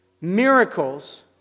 miracles